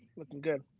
lookin' good.